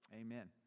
Amen